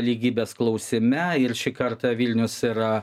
lygybės klausime ir šį kartą vilnius yra